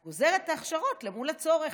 את גוזרת את ההכשרות אל מול הצורך,